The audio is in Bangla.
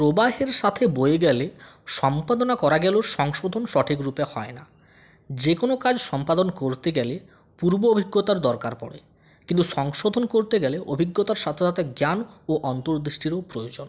প্রবাহের সাথে বয়ে গেলে সম্পাদনা করা গেলেও সংশোধন সঠিকরূপে হয় না যেকোনো কাজ সম্পাদন করতে গেলে পূর্ব অভিজ্ঞতার দরকার পড়ে কিন্তু সংশোধন করতে গেলে অভিজ্ঞতার সাথে সাথে জ্ঞান ও অন্তর্দৃষ্টিরও প্রয়োজন